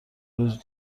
روز